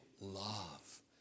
love